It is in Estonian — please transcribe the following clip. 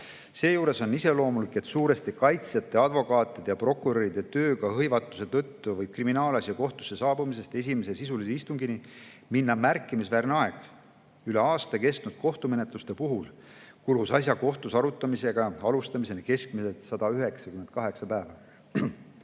Seejuures on iseloomulik, et suuresti kaitsjate, advokaatide ja prokuröride tööga hõivatuse tõttu võib kriminaalasja kohtusse saabumisest esimese sisulise istungini minna märkimisväärne aeg. Üle aasta kestnud kohtumenetluste puhul kulus asja kohtus arutamise alustamiseni keskmiselt 198 päeva.